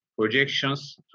projections